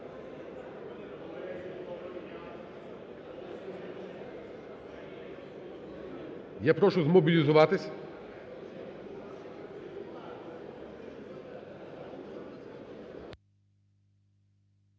Я прошу змобілізуватись.